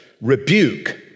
rebuke